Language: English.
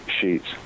sheets